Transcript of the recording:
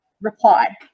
reply